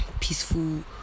peaceful